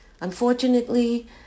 Unfortunately